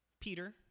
Peter